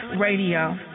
radio